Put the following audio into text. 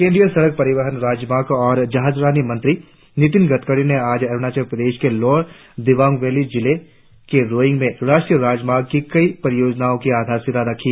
केंद्रीय सड़क परिवहन राजमार्ग और जहाजरानी मंत्री नितिन गडकरी ने आज अरुणाचल प्रदेश के लोअर दिवांग वैली जिले के रोईंग में राष्ट्रीय राजमार्ग की कई परियोजनाओं की आधारशिला रखी